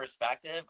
perspective